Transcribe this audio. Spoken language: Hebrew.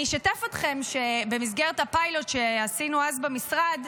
אני אשתף אתכם שבמסגרת הפיילוט שעשינו אז במשרד,